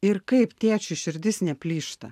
ir kaip tėčiui širdis neplyšta